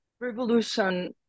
revolution